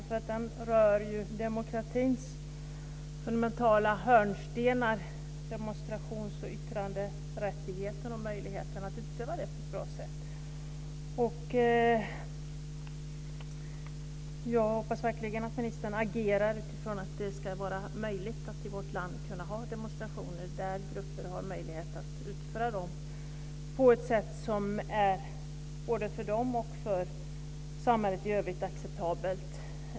Fru talman! Detta är en väldigt aktuell och viktig debatt som rör demokratins fundamentala hörnstenar, demonstrations och yttrandefriheten och möjligheten att utöva den på ett bra sätt. Jag hoppas verkligen att ministern agerar utifrån att man ska kunna ha demonstrationer i vårt land där grupper har möjlighet att genomföra demonstrationer på ett sätt som är acceptabelt både för de som demonstrerar och för samhället i övrigt.